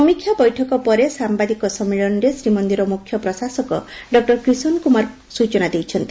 ସମୀକ୍ଷା ବୈଠକ ପରେ ସାମ୍ରାଦିକ ସଶ୍ଳିଳନୀରେ ଶ୍ରୀମନ୍ଦିର ମୁଖ୍ୟ ପ୍ରଶାସକ ଡଃ କ୍ରିଷନ୍ କୁମାର ସ୍ରଚନା ଦେଇଛନ୍ତି